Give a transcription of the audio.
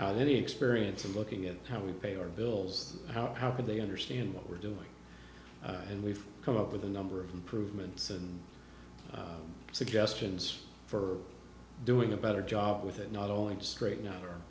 of any experience of looking at how we pay our bills how how can they understand what we're doing and we've come up with a number of improvements and suggestions for doing a better job with it not only to straighten out